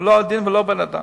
הוא לא עדין ולא בן-אדם,